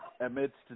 Amidst